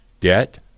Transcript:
Debt